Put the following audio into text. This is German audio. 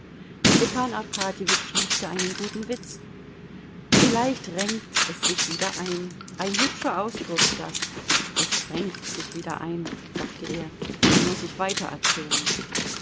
arkadjewitsch liebte einen guten witz vielleicht renkt es sich wieder ein ein hübscher ausdruck das es renkt sich wieder ein dachte er den muß ich weitererzählen